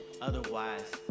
Otherwise